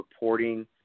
reporting